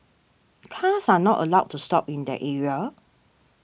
cars are not allowed to stop in that area